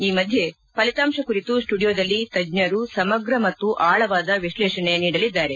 ಈ ಮಧ್ಯೆ ಫಲಿತಾಂತ ಕುರಿತು ಸ್ಟುಡಿಯೋದಲ್ಲಿ ತಜ್ಞರು ಸಮಗ್ರ ಮತ್ತು ಆಳವಾದ ವಿಶ್ಲೇಷಣೆ ನೀಡಲಿದ್ದಾರೆ